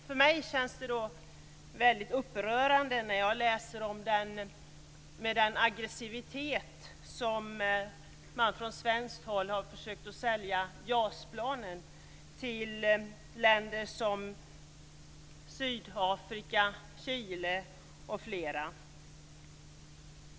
Jag tycker att det är väldigt upprörande att läsa om med vilken aggressivitet som man från svenskt håll har försökt att sälja JAS-plan till länder som Sydafrika, Chile m.fl.